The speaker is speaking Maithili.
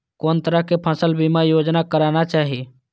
कोन तरह के फसल बीमा योजना कराना चाही?